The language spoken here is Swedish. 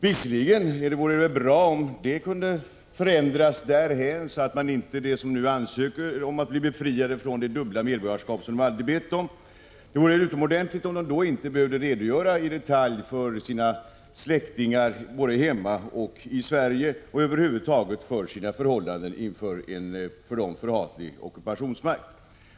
Visserligen vore det bra om det kunde förändras därhän, att de som nu ansöker om att bli befriade från det dubbla medborgarskap som de aldrig har bett om inte behövde redogöra i detalj för sina släktingar både hemma och i Sverige och över huvud taget för sina förhållanden inför en för dem förhatlig ockupationsmakt.